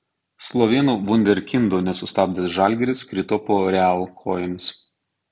slovėnų vunderkindo nesustabdęs žalgiris krito po real kojomis